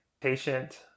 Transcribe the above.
patient